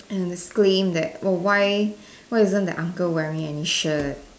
and scream that oh why why isn't that uncle wearing any shirt